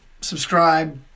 Subscribe